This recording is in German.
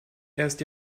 erst